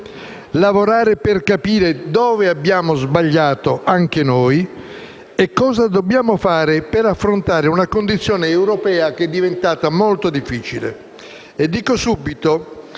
lavorare per capire dove abbiamo sbagliato anche noi e cosa dobbiamo fare per affrontare una condizione europea che è diventata molto difficile.